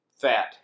Fat